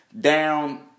down